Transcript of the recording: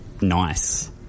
nice